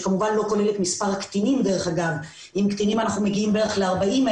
שלא כולל את מספר הקטינים עם קטינים אנחנו מגיעים לכ-40,000